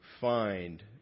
find